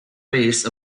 base